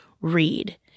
read